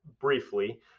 briefly